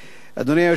אדוני היושב-ראש,